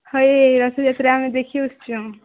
ହଇ ରଥଯାତ୍ରା ଆମେ ଦେଖି ଆସିଛୁ